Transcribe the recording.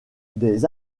des